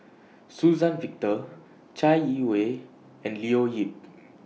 Suzann Victor Chai Yee Wei and Leo Yip